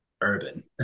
urban